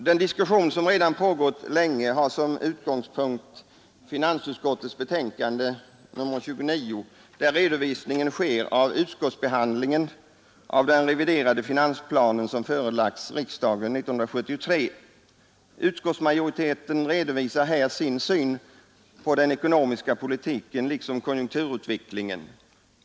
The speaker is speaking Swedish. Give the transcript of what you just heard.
Den diskussion som pågått länge har som utgångspunkt finansutskottets betänkande nr 29, där redovisning sker av utskottsbehandlingen av den reviderade finansplan som förelagts riksdagen 1973. Utskottsmajoriteten redovisar i betänkandet sin syn på den ekonomiska politiken liksom på konjunkturutvecklingen.